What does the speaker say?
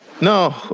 No